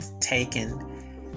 taken